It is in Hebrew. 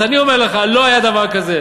אז אני אומר לך: לא היה דבר כזה.